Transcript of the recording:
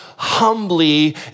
humbly